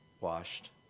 washed